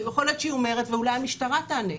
יכול להיות שהיא אומרת ואולי המשטרה תענה.